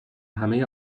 همهی